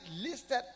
listed